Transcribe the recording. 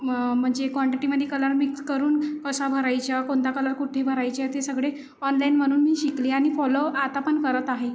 म म्हणजे क्वांटिटीमध्ये कलर मिक्स करून कसा भरायचं कोणता कलर कुठे भरायचा ते सगळे ऑनलाइनमधून मी शिकली आणि फॉलो आता पण करत आहे